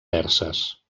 perses